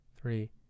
three